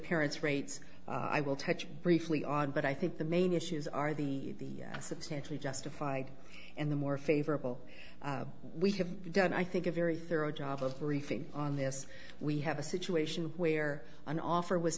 parents rates i will touch briefly on but i think the main issues are the substantially justified and the more favorable we have done i think a very thorough job of briefing on this we have a situation where an offer was